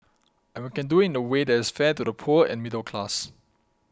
and we can do it in a way that is fair to the poor and middle class